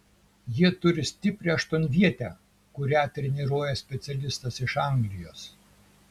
jie turi stiprią aštuonvietę kurią treniruoja specialistas iš anglijos